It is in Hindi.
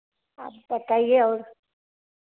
आप बताइए और